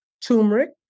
Turmeric